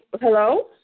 Hello